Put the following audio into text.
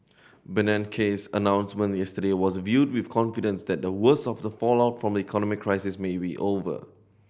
Bernanke's announcement yesterday was viewed with confidence that the worst of the fallout from the economic crisis may be over